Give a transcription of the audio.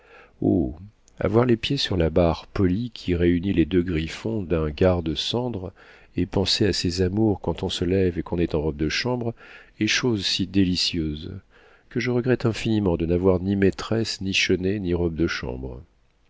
oh avoir les pieds sur la barre polie qui réunit les deux griffons d'un garde-cendre et penser à ses amours quand on se lève et qu'on est en robe de chambre est chose si délicieuse que je regrette infiniment de n'avoir ni maîtresse ni chenets ni robe de chambre